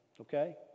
okay